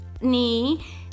knee